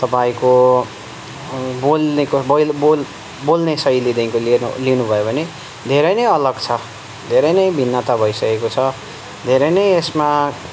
तपाईँको बोल्नेको बोल्ने शैलीदेखिन्को लिएर लिनु भयो भने धेरै नै अलग छ धेरै नै भिन्नता भइसकेको छ धेरै नै यसमा